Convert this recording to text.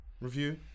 review